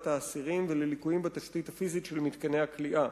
האסירים ולליקויים בתשתית הפיזית של מתקני הכליאה.